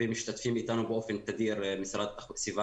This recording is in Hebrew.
משתתפים איתנו באופן תדיר סיון